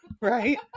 right